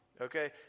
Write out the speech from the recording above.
okay